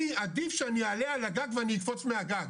אני עדיף שאני אעלה על הגג ואני אקפוץ מהגג,